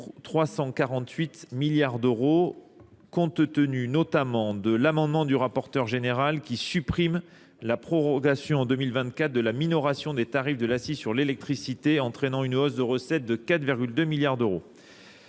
3,348 milliard d'euros compte tenu notamment de l'amendement du rapporteur général qui supprime la prorogation en 2024 de la minoration des tarifs de l'assise sur l'électricité entraînant une hausse de recettes de 4,2 milliard d'euros.